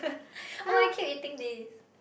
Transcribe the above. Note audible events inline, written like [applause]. [laughs] oh I keep eating this